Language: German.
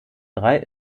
drei